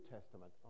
Testament